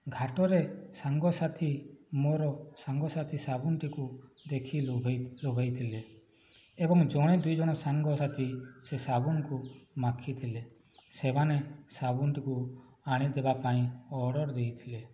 ଘାଟରେ ସାଙ୍ଗସାଥି ମୋର ସାଙ୍ଗସାଥି ସାବୁନଟିକୁ ଦେଖି ଲୋଭାଇଥିଲେ ଏବଂ ଜଣେ ଦୁଇ ଜଣ ସାଙ୍ଗସାଥି ସେ ସାବୁନକୁ ମାଖିଥିଲେ ସେମାନେ ସାବୁନଟିକୁ ଆଣିଦେବା ପାଇଁ ଅର୍ଡ଼ର ଦେଇଥିଲେ